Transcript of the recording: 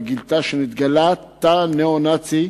נתגלה תא ניאו-נאצי,